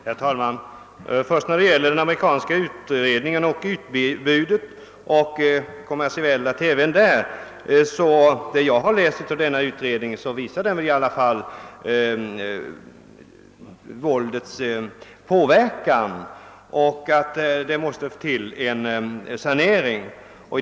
Herr talman! Vad först beträffar den amerikanska utredningen och utbudet i den kommersiella televisionen vill jag säga att utredningen i den mån jag har läst den ändå visar att våldet har en sådan inverkan, att det behövs en sanering.